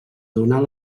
donar